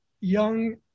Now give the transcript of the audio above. young